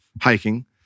hiking